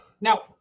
Now